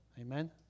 Amen